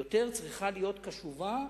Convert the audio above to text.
ויותר צריכה להיות קשובה,